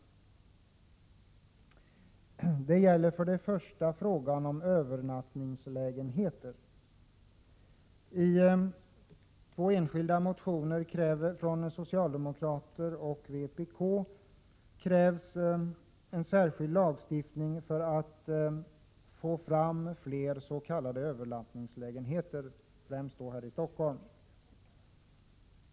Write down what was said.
Först och främst gäller det frågan om övernattningslägenheter. I två enskilda motioner från s och vpk krävs en särskild lagstiftning för att få fram fler s.k. övernattningslägenheter i Stockholm.